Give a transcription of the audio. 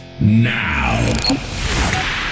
now